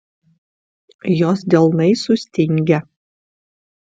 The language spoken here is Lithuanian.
jos delnai sustingę